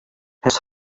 his